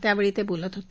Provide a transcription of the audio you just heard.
त्यावेळी ते बोलत होते